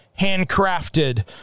handcrafted